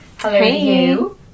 Hello